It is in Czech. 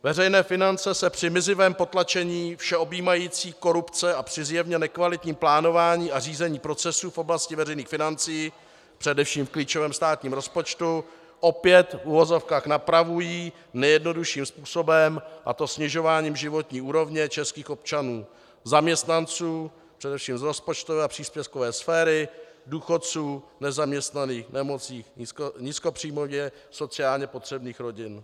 Veřejné finance se při mizivém potlačení všeobjímající korupce a při zjevně nekvalitním plánování a řízení procesů v oblasti veřejných financí, především v klíčovém státním rozpočtu, opět, v uvozovkách, napravují nejjednodušším způsobem, a to snižováním životní úrovně českých občanů, zaměstnanců především z rozpočtové a příspěvkové sféry, důchodců, nezaměstnaných, nemocných, nízkopříjmově sociálně potřebných rodin.